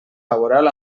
laboral